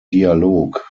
dialog